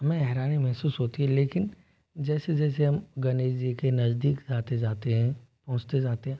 हमें हैरानी मेहसूस होती है लेकिन जैसे जैसे हम गणेश जी के नज़दीक आते जाते हैं पहुँचते जाते हैं